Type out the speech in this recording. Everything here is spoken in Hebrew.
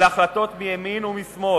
אלה החלטות מימין ומשמאל,